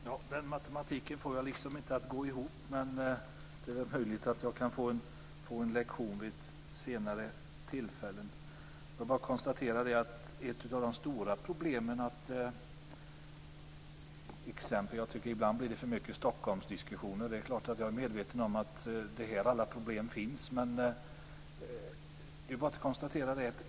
Fru talman! Den matematiken får jag inte att gå ihop, men jag kan kanske få en lektion vid senare tillfälle. Jag tycker att det ibland blir för mycket av Stockholmsdiskussioner, men det finns stora problem här.